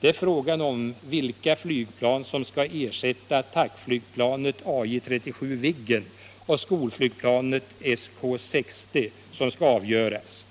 Det är frågan om vilka flygplan som skall ersätta attackflygplanet AJ 37 Viggen och skolflygplanet SK 60 som skall avgöras.